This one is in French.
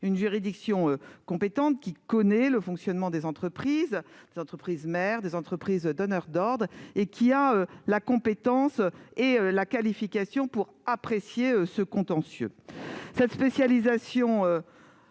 une juridiction compétente connaissant le fonctionnement des entreprises- les entreprises mères, les entreprises donneurs d'ordre -et ayant la compétence et la qualification pour apprécier ce contentieux. Nous avions pensé